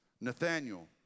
Nathaniel